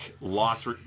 loss